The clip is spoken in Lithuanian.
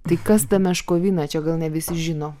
tai kas ta meškovina čia gal ne visi žino